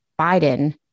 Biden